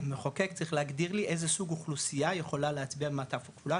המחוקק צריך להגדיר לי איזה סוג אוכלוסייה יכולה להצביע עם מעטפה כפולה?